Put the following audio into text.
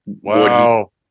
Wow